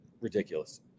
ridiculous